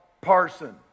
parson